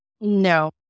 No